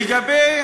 לגבי